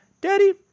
daddy